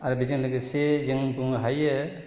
आरो बेजों लोगोसे जों बुंनो हायो